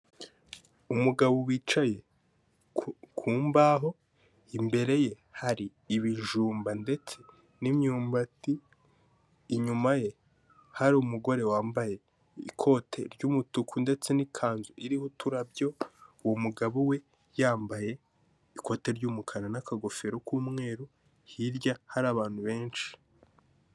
Umugabo wicaye ku mbaho imbere ye hari ibijumba ndetse n'imyumbati, inyuma ye hari umugore wambaye ikote ry'umutuku ndetse n'ikanzu iriho uturabyo; uwo mugabo we yambaye ikote ry'umukara n'akagofero k'umweru, hirya hari abantu benshi.